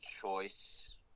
choice